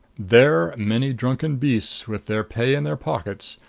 there many drunken beasts, with their pay in their pockets,